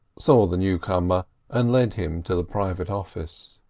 saw the newcomer and led him to the private office.